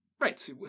Right